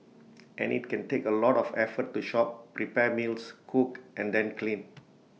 and IT can take A lot of effort to shop prepare meals cook and then clean